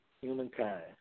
humankind